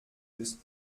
ist